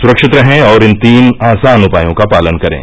सुरक्षित रहें और इन तीन आसान उपायों का पालन करें